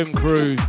crew